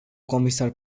comisar